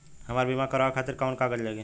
हमरा बीमा करावे खातिर कोवन कागज लागी?